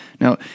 Now